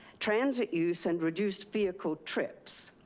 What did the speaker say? transit use, and reduced vehicle trips.